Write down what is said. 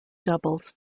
doubles